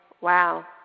wow